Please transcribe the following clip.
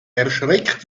erschreckt